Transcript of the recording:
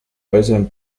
ozone